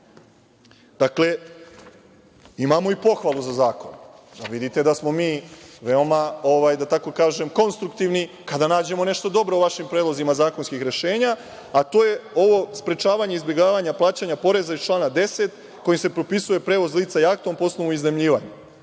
imamo i pohvalu za zakon, da vidite da smo mi veoma, da tako kažem konstruktivni kada nađemo nešto dobro u vašim predlozima zakonskih rešenja, a to je ovo sprečavanje izbegavanja plaćanja poreza iz člana 10. kojim se propisuje prevoz lica jahtom, posebno iznajmljivanje,